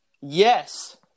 Yes